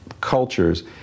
cultures